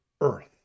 earth